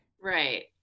Right